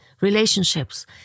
relationships